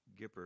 Gipper